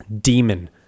demon